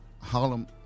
Harlem